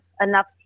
enough